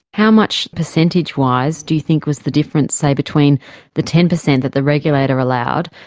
how much, percentage wise, do you think was the difference, say, between the ten percent that the regulator allowed,